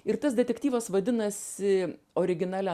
ir tas detektyvas vadinasi originalia